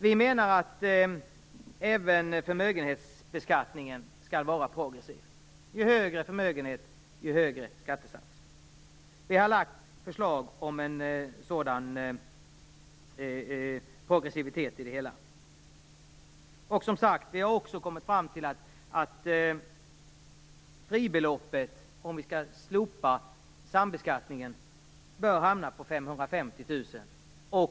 Vi menar att även förmögenhetsbeskattningen skall vara progressiv - ju högre förmögenhet, desto högre skattesats. Vi har lagt fram ett förslag om en sådan progressivitet. Som sagt har vi också kommit fram till att fribeloppet, om sambeskattningen slopas, bör hamna på 550 000 kr.